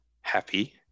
happy